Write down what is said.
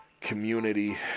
community